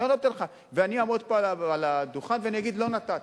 ואני אעמוד כאן על הדוכן ואגיד: לא נתתי.